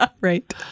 Right